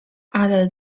ale